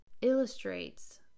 illustrates